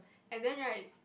and then right